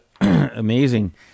amazing